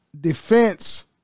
defense